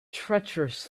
treacherous